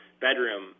bedroom